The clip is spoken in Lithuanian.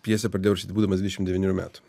pjesę pradėjau rašyt būdamas dvidešim devynių metų